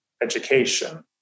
education